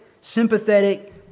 sympathetic